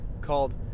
called